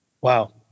Wow